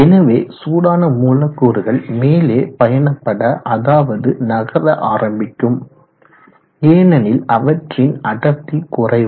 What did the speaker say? எனவே சூடான மூலக்கூறுகள் மேலே பயணப்பட அதாவது நகர ஆரம்பிக்கும் ஏனெனில் அவற்றின் அடர்த்தி குறைவு